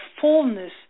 fullness